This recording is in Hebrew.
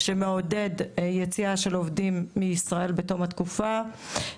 שמעודד יציאה של עובדים מישראל בתום התקופה.